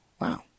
wow